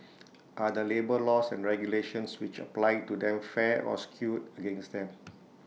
are the labour laws and regulations which apply to them fair or skewed against them